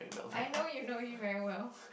I know you know me very well